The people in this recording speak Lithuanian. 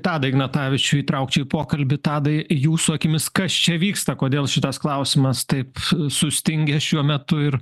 tadą ignatavičių įtraukčiau į pokalbį tadai jūsų akimis kas čia vyksta kodėl šitas klausimas taip sustingęs šiuo metu ir